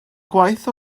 gwaith